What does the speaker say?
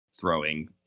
throwing